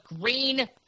Green